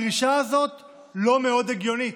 הדרישה הזאת לא מאוד הגיונית.